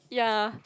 ya